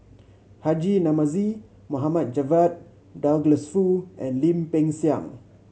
Haji Namazie Mohd Javad Douglas Foo and Lim Peng Siang